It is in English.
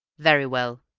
very well,